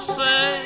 say